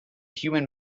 human